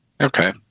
Okay